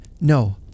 no